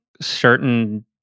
certain